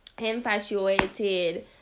infatuated